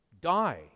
Die